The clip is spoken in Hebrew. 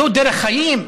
תגיד, זו דרך חיים?